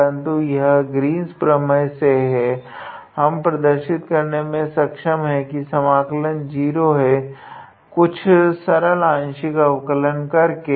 परन्तु यह केवल ग्रीन्स प्रमेय के प्रयोग से है हम यह प्रदर्शित करने में सक्षम है की समाकलन 0 है कुछ सरल आंशिक अवकल कर के